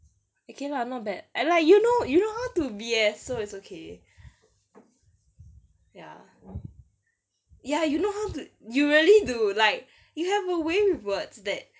okay lah not bad and like you know you know how to B_S so it's okay ya ya you know how to you really do like you have a way with words that